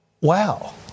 Wow